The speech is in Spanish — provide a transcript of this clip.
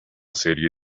serie